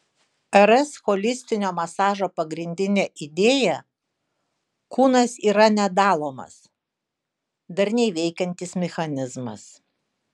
rs holistinio masažo pagrindinė idėja kūnas yra nedalomas darniai veikiantis mechanizmas